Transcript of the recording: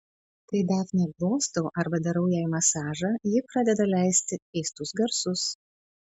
kai dafnę glostau arba darau jai masažą ji pradeda leisti keistus garsus